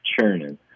churning